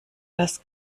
das